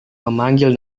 memanggil